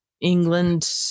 England